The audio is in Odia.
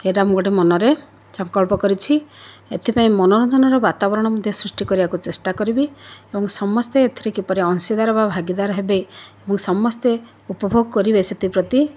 ସେଇଟା ମୁଁ ଗୋଟେ ମନରେ ସଂକଳ୍ପ କରିଛି ଏଥିପାଇଁ ମନୋରଞ୍ଜନର ବାତାବରଣ ମଧ୍ୟ ସୃଷ୍ଟି କରିବାକୁ ଚେଷ୍ଟା କରିବି ଏବଂ ସମସ୍ତେ ଏଥିରେ କିପରି ଅଂଶିଦାର ବା ଭାଗୀଦାର ହେବେ ମୁଁ ସମସ୍ତେ ଉପଭୋଗ କରିବେ ସେଥିପ୍ରତି